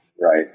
Right